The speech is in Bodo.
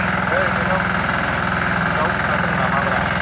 ओइ नोंनाव दाउ फिसा दं नामा ब्रा